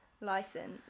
license